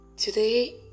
today